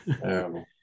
Terrible